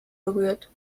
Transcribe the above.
berührt